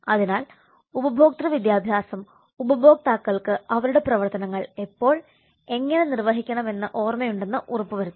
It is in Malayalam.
അതിനാൽ ഉപഭോക്തൃ വിദ്യാഭ്യാസം ഉപഭോക്താക്കൾക്ക് അവരുടെ പ്രവർത്തനങ്ങൾ എപ്പോൾ എങ്ങനെ നിർവ്വഹിക്കണം എന്ന് ഓർമയുണ്ടെന്ന് ഉറപ്പുവരുത്തണം